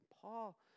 Paul